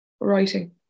writing